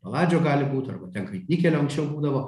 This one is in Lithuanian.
paladžio gali būt arba ten kaip nikelio anksčiau būdavo